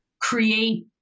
create